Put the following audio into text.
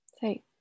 Say